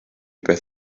beth